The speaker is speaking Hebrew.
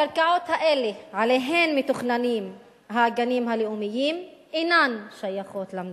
הקרקעות שעליהן מתוכננים הגנים הלאומיים אינן שייכות למדינה.